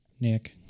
Nick